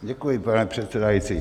Děkuji, pane předsedající.